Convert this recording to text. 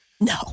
No